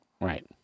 Right